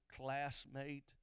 classmate